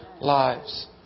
lives